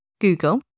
Google